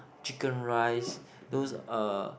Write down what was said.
chicken rice those uh